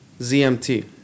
ZMT